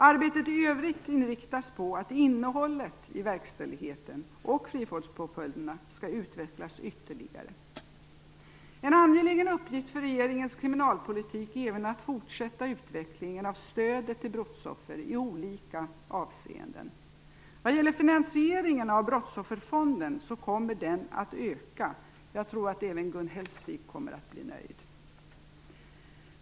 Arbetet i övrigt inriktas på att innehållet i verkställigheten och frivårdspåföljderna skall utvecklas ytterligare. En angelägen uppgift för regeringens kriminalpolitik är även att fortsätta utvecklingen av stödet till brottsoffren i olika avseenden. Vad gäller finansieringen av Brottsofferfonden kommer den att öka. Jag tror att även Gun Hellsvik kommer att bli nöjd.